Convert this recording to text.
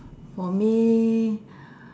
for me